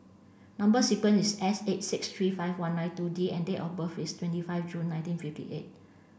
number sequence is S eight six three five one nine two D and date of birth is twenty five June nineteen fifty eight